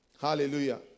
Hallelujah